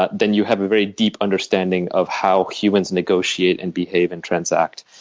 but then you have a very deep understanding of how humans negotiate and behave and transact,